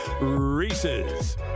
Reese's